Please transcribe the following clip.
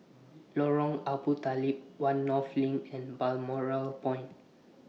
Lorong Abu Talib one North LINK and Balmoral Point